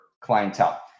clientele